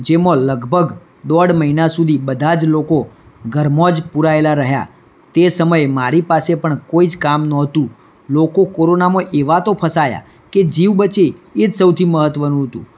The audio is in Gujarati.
જેમાં લગભગ દોઢ મહિના સુધી બધા જ લોકો ઘરમાંજ પુરાયેલા રહ્યા તે સમયે મારી પાસે પણ કોઈ જ કામ નહતું લોકો કોરોનામાં તો એવા તો ફસાયા કે જીવ બચે એ જ સૌથી મહત્ત્વનું હતું